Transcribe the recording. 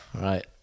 Right